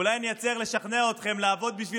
אולי אני אצליח לשכנע אתכם לעבוד בשביל